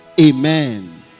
Amen